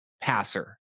passer